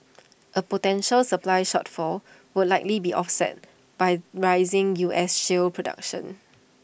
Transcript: A potential supply shortfall would likely be offset by rising U S shale production